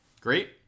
Great